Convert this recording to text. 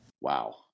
Wow